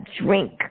drink